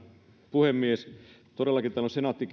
puhemies todellakin senaatti